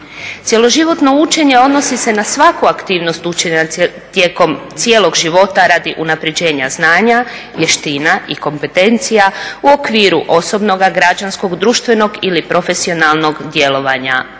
Cjeloživotno učenje odnosi se na svaku aktivnost učenja tijekom cijelog života radi unaprjeđenja znanja, vještina i kompetencija u okviru osobnoga, građanskog, društvenog ili profesionalnog djelovanja